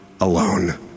alone